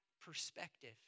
perspective